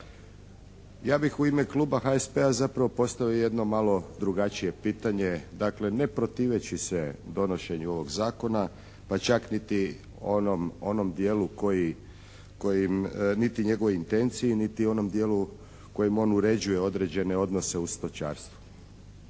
ja bih u ime Kluba HSP-a zapravo postavio jedno malo drugačije pitanje. Dakle ne protiveći se donošenju ovog zakona pa čak niti onom dijelu koji, kojim, niti njegovoj intenciji niti onom dijelu kojim on uređuje određene odnose u stočarstvu.